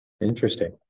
Interesting